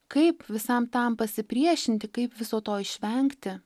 kaip visam tam pasipriešinti kaip viso to išvengti